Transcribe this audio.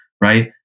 right